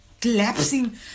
collapsing